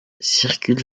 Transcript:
circule